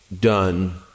done